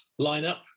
lineup